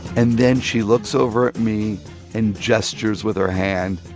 and then she looks over at me and gestures with her hand,